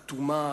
אטומה,